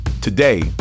Today